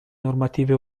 normative